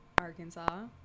Arkansas